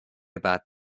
about